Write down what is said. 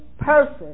person